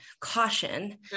caution